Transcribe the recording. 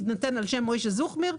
כי חזקה על השר שישקול בפרק זמן סביר.